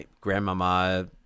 Grandmama